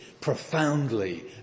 profoundly